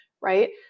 right